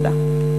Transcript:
תודה.